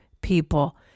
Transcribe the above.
people